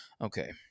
Okay